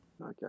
Okay